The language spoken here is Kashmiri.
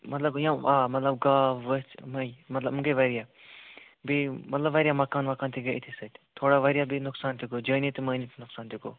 مطلب یِم آ مطلب گاو ؤژھۍ یِمَے مطلب یِم گٔے واریاہ بیٚیہِ مطلب واریاہ مَکان وَکان تہِ گٔے أتھی سۭتۍ تھوڑا واریاہ بیٚیہِ نۄقصان تہِ گوٚو جٲنی تہٕ مٲنی نۄقصان تہِ گوٚو